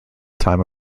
time